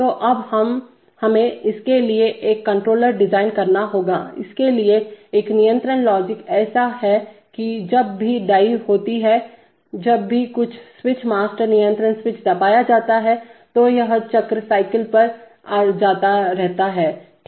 तो अब हमें इसके लिए एक कंट्रोलर डिजाइन करना होगा इसके लिए एक नियंत्रण लॉजिक ऐसा है कि जब भी डाई होती है जब भी कुछ स्विच मास्टर नियंत्रण स्विच दबाया जाता है तो यह चक्रसाइकिल पर जाता रहता है ठीक है